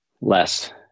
less